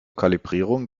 kalibrierung